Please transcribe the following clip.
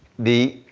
the,